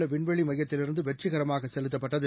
உள்ளவிண்வெளிமையத்திலிருந்துவெற்றிகரமாகசெலுத்தப்பட்டது